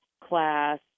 class